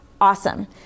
awesome